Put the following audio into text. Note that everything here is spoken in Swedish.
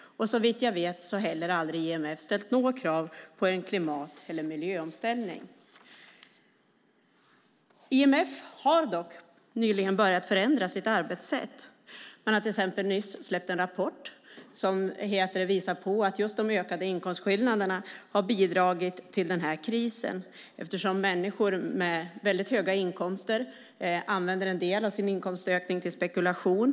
Såvitt jag vet har IMF heller aldrig ställt något krav på en klimat eller miljöomställning. IMF har dock nyligen börjat förändra sitt arbetssätt. Man har till exempel nyss släppt en rapport som visar på att just de ökade inkomstskillnaderna har bidragit till krisen, eftersom människor med väldigt höga inkomster använder en del av sin inkomstökning till spekulation.